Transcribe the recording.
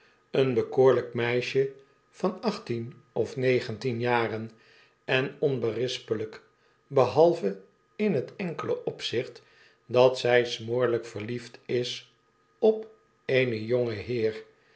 een bekoorlyk meisje van achttien of negentien jaren en onberispelijk behalve in het enkele opzicht dat zy smoorlijk verliefd is op eenen jongenheer